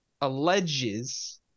alleges